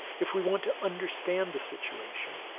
if we want to understand the situation.